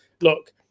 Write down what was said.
look